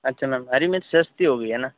अच्छा मेम हरी मिर्च सस्ती हो गई है ना